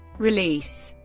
release,